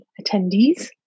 attendees